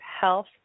health